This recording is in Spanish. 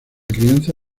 crianza